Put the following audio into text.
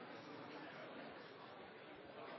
president